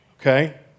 okay